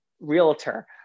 realtor